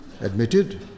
admitted